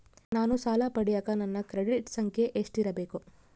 ನಾನು ಸಾಲ ಪಡಿಯಕ ನನ್ನ ಕ್ರೆಡಿಟ್ ಸಂಖ್ಯೆ ಎಷ್ಟಿರಬೇಕು?